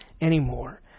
anymore